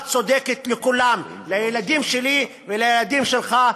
צודקת לכולם: לילדים שלי ולילדים שלך,